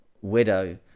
widow